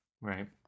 Right